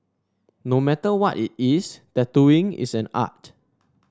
no matter what it is tattooing is an art